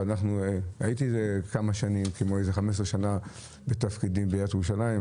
הייתי כ-15 שנה בתפקידים בעיריית ירושלים,